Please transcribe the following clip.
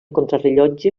contrarellotge